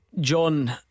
John